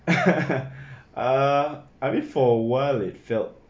uh I mean for awhile it felt